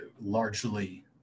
largely